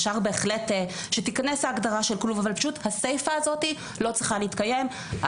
אפשר בהחלט שתיכנס ההגדרה של כלוב אבל הסיפה הזאת לא צריכה להתקיים,